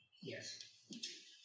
yes